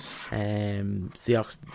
Seahawks